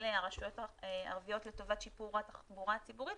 הרשויות הערביות לטובת שיפור התחבורה הציבורית,